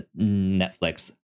Netflix